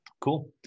cool